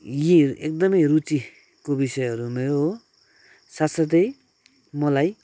यी एकदमै रुचिको विषयहरू नै हो साथ साथै मलाई